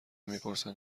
میپرسند